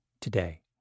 today